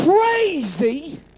crazy